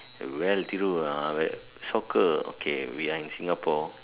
well Thiru uh soccer okay we are in Singapore